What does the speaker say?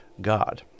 God